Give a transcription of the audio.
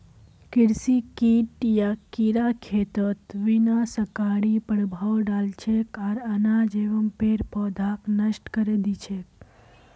कृषि कीट या कीड़ा खेतत विनाशकारी प्रभाव डाल छेक आर अनाज एवं पेड़ पौधाक नष्ट करे दी छेक